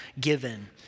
given